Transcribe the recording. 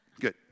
Good